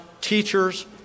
teachers